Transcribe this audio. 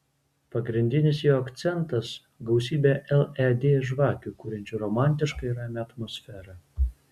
pagrindinis jo akcentas gausybė led žvakių kuriančių romantišką ir ramią atmosferą